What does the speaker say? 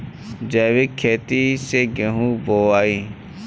जैविक खेती से गेहूँ बोवाई